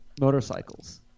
Motorcycles